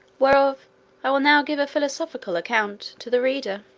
whereof i will now give a philosophical account to the reader.